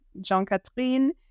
Jean-Catherine